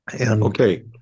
Okay